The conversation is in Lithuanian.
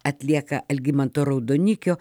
atlieka algimanto raudonikio